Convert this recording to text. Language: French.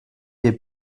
des